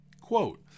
Quote